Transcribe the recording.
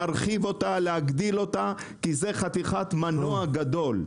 להרחיב אותה, להגדיל אותה כי זה חתיכת מנוע גדול.